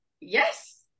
yes